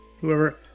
whoever